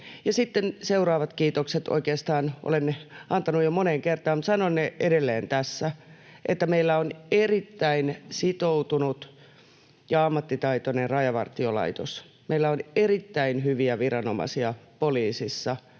seuraavat kiitokset. Oikeastaan olen ne antanut jo moneen kertaan, mutta sanon edelleen tässä, että meillä on erittäin sitoutunut ja ammattitaitoinen Rajavartiolaitos. Meillä on erittäin hyviä viranomaisia poliisissa,